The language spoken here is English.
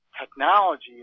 Technology